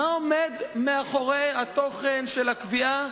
מה עומד מאחורי התוכן של הקביעה: